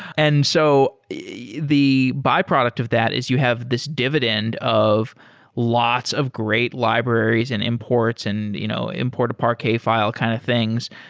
and so the the byproduct of that is you have this dividend of lots of great libraries and imports and you know import a parquet file kind of things,